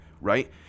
Right